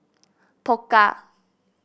Pokka